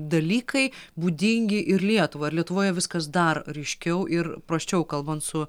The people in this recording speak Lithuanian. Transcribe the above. dalykai būdingi ir lietuvai ar lietuvoje viskas dar ryškiau ir prasčiau kalbant su